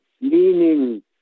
meaning